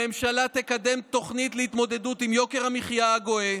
הממשלה תקדם תוכנית להתמודדות עם יוקר המחיה הגואה